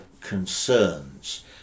concerns